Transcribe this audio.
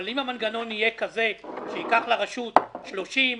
אבל אם המנגנון יהיה כזה שייקח לרשות 30,